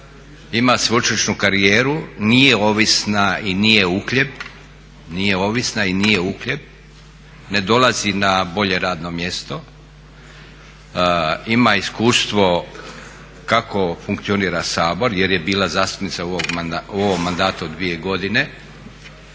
ima sveučilišnu karijeru, nije ovisna i uhljeb, ne dolazi na bolje radno mjesto. Ima iskustvo kako funkcionira Sabor jer je bila zastupnica u ovom mandatu dvije godine.